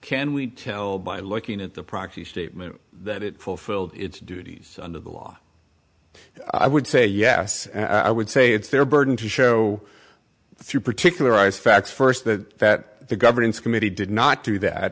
can we tell by looking at the proxy statement that it fulfilled its duties under the law i would say yes i would say it's their burden to show through particularize facts first that that the governance committee did not do that